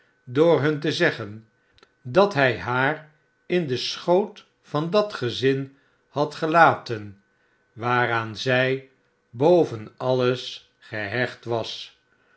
door hun te zeggen dat hij haar in den schoot van dat gezin had gelaten waaraan zij boven alles gehecht was